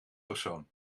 persoon